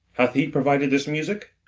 hath he provided this music?